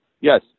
yes